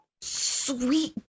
Sweet